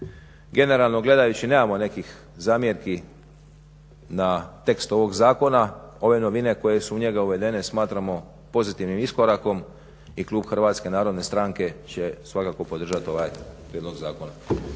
Generalno gledajući nemamo nekih zamjerki na tekst ovog zakona. Ove novine koje su u njega uvedene smatramo pozitivnim iskorakom i klub HNS-a će svakako podržati ovaj prijedlog zakona.